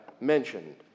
mentioned